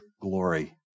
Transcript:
glory